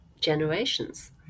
generations